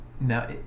Now